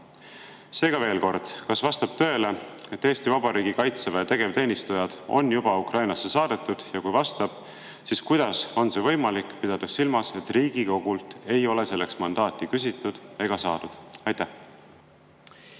Seega veel kord: kas vastab tõele, et Eesti Vabariigi Kaitseväe tegevteenistujad on juba Ukrainasse saadetud, ja kui vastab, siis kuidas on see võimalik, pidades silmas, et Riigikogult ei ole selleks mandaati küsitud ega saadud? Suur